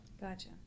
Gotcha